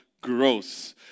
growth